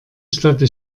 städte